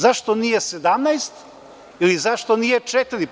Zašto nije 17% ili zašto nije 4%